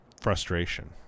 frustration